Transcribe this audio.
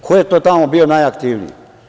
Ko je to tamo bio najaktivniji?